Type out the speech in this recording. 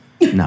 No